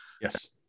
Yes